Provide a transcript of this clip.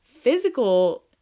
physical